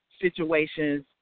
situations